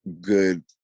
good